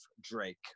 Drake